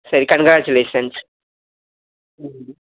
சரி கங்கிராஜுலேஷன்ஸ் ம் ம்